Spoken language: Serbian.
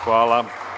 Hvala.